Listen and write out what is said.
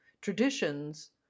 traditions